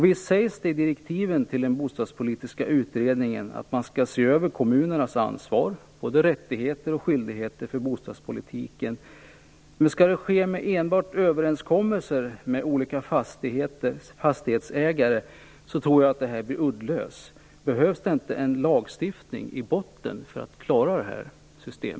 Visst sägs det i direktiven till den bostadspolitiska utredningen att man skall se över kommunernas ansvar för bostadspolitiken, både rättigheter och skyldigheter? Men om det enbart skall ske genom överenskommelser med olika fastighetsägare, tror jag att det blir uddlöst. Behövs det inte en lagstiftning i botten för att klara detta system?